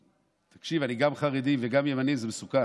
תקשיב, אני גם חרדי וגם ימני, זה מסוכן,